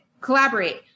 collaborate